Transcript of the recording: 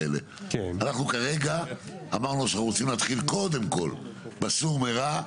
כרגע אנחנו רוצים להתחיל קודם כול בסור מרע,